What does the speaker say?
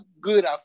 good